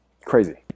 crazy